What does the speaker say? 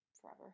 forever